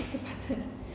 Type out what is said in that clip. click the button